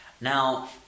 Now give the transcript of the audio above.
Now